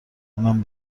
اونم